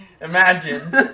Imagine